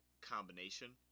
combination